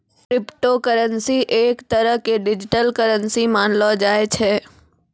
crypto currency एक तरह के डिजिटल करन्सी मानलो जाय छै